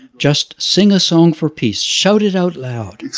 just sing a song for peace, shout it out loud.